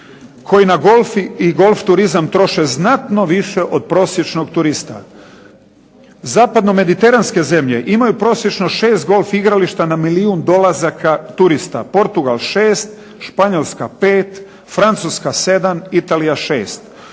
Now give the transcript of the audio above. koji na golf i golf turizam troše znatno više od prosječnog turista. Zapadno mediteranske zemlje imaju prosječno 6 golf igrališta na milijun dolazak turista, Portugal 6, Španjolska 5, Francuska 7, Italija 6.